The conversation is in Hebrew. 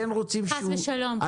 חס ושלום.